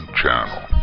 channel